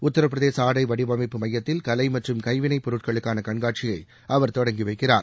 உத்தரபிரதேச ஆடை வடிவமைப்பு மையத்தில் கலை மற்றும் கைவினைப் பொருட்களுக்கான கண்காட்சியை அவர் தொடங்கி வைக்கிறார்